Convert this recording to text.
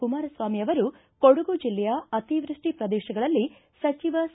ಕುಮಾರಸ್ವಾಮಿ ಅವರು ಕೊಡಗು ಜಿಲ್ಲೆಯ ಅತಿವೃಷ್ಟಿ ಪ್ರದೇಶಗಳಲ್ಲಿ ಸಚಿವ ಸಾ